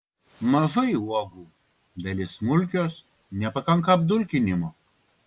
mažai uogų dalis smulkios nepakanka apdulkinimo